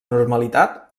normalitat